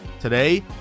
today